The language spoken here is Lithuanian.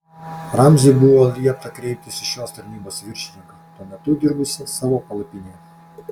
ramziui buvo liepta kreiptis į šios tarnybos viršininką tuo metu dirbusį savo palapinėje